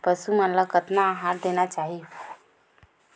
पशु मन ला कतना आहार देना चाही?